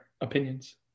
opinions